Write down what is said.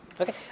Okay